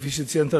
כפי שציינת,